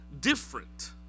different